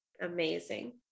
Amazing